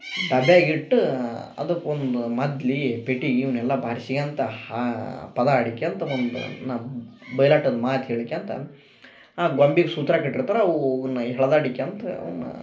ಡಬ್ಯಾಗ ಇಟ್ಟು ಅದುಕ್ಕೊಂದು ಮದ್ಲಿ ಪಿಟೀಲು ಇವನ್ನೆಲ್ಲ ಬಾರಿಸ್ಕ್ಯಂತ ಪದ ಹಾಡ್ಕ್ಯಂತ ಒಂದು ನ ಬಯ್ಲಾಟದ ಮಾತು ಹೇಳ್ಕ್ಯಂತ ಆ ಗೊಂಬಿಗೆ ಸೂತ್ರ ಕಟ್ಟಿರ್ತಾರ ಅವುನ ಹೊಳ್ದಾಡ್ಕ್ಯಂತ ಅವುನ